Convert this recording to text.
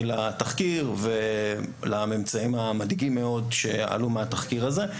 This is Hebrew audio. לתחקיר ולממצאים המדאיגים מאוד שעלו מהתחקיר הזה.